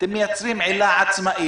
עילה מעצר